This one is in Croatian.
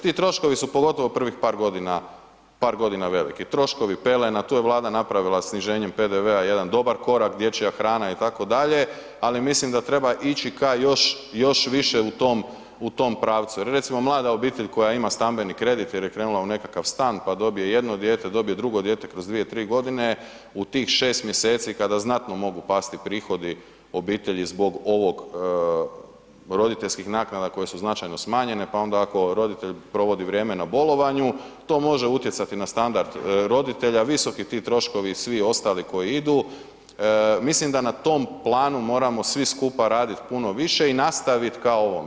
Ti troškovi su, pogotovo prvih par godina veliki, troškovi pelena, tu je Vlada napravila sniženjem PDV-a jedan dobar korak, dječja hrana, itd., ali mislim da treba ići ka još više u tom pravcu, jer recimo, mlada obitelj koja ima stambeni kredit jer je krenula u nekakav stan, pa dobije jedno dijete, dobije drugo dijete kroz 2, 3 godine, u tih 6 mjeseci kada znatno mogu pasti prihodi obitelji zbog ovog, roditeljskih naknada koje su značajno smanjene, pa onda ako roditelj provodi vrijeme na bolovanju, to može utjecati na standard roditelja, visoki ti troškovi svi ostali koji idu, mislim da na tom planu moramo svi skupa raditi puno više i nastaviti ka ovome.